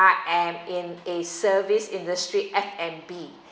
am in a service industry f and b